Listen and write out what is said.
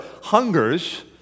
hungers